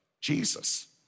Jesus